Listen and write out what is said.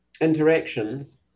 interactions